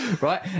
right